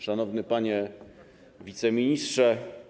Szanowny Panie Wiceministrze!